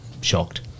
shocked